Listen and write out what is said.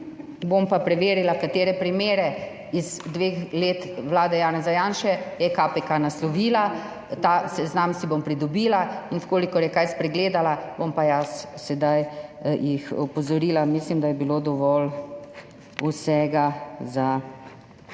bom pa preverila, katere primere iz dveh let vlade Janeza Janše je KPK naslovila, ta seznam si bom pridobila, in če je kaj spregledala, bom pa jih jaz sedaj opozorila. Mislim, da je bilo dovolj vsega za